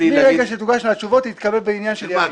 מרגע שתוגשנה התשובות זה עניין של ימים.